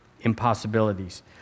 impossibilities